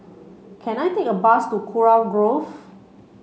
can I take a bus to Kurau Grove